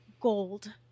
gold